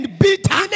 bitter